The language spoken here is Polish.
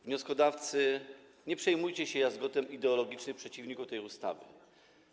Wnioskodawcy, nie przejmujcie się jazgotem ideologicznych przeciwników tej ustawy.